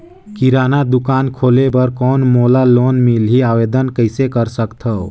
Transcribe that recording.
किराना दुकान खोले बर कौन मोला लोन मिलही? आवेदन कइसे कर सकथव?